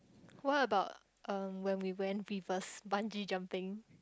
what about uh when we went reverse bungee jumping